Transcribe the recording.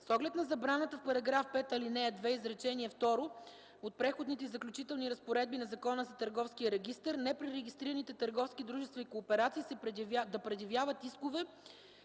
С оглед на забраната в § 5, ал. 2, изречение второ от Преходните и заключителни разпоредби на Закона за Търговския регистър непререгистрираните търговски дружества и кооперации да предявяват искове,